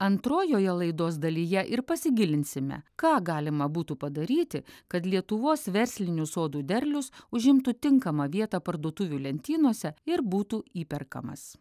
antrojoje laidos dalyje ir pasigilinsime ką galima būtų padaryti kad lietuvos verslinių sodų derlius užimtų tinkamą vietą parduotuvių lentynose ir būtų įperkamas